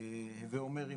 הווה אומר,